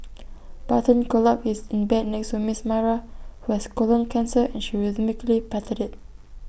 button curled up is in bed next to miss Myra who has colon cancer and she rhythmically patted IT